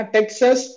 Texas